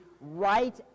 right